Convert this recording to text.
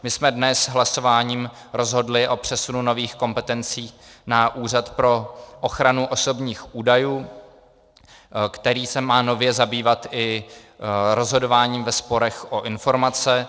My jsme dnes hlasováním rozhodli o přesunu nových kompetencí na Úřad pro ochranu osobních údajů, který se má nově zabývat i rozhodováním ve sporech o informace.